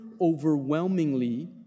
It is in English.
overwhelmingly